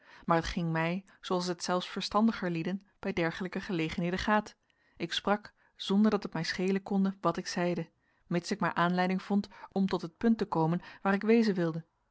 maar het ging mij zooals het zelfs verstandiger lieden bij dergelijke gelegenheden gaat ik sprak zonder dat het mij schelen konde wat ik zeide mits ik maar aanleiding vond om tot het punt te komen waar ik wezen wilde